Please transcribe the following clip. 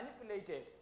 manipulated